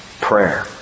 Prayer